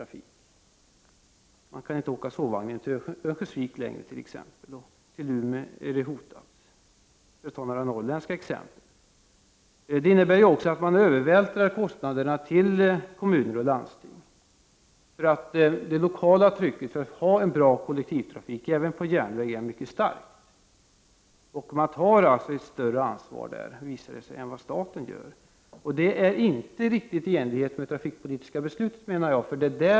Man kan t.ex inte längre åka sovvagn till Örnsköldsvik, och det är hotat till Umeå, för att ta några exempel från Norrland. Det innebär också att man övervältrar kostnaderna på kommuner och landsting. Det lokala trycket på att man skall ha en bra kollektivtrafik även på järnväg är mycket starkt. Det visar sig således att man tar ett större ansvar på det lokala planet än vad staten gör. Det är inte riktigt i enlighet med det trafikpolitiska beslutet, menar jag.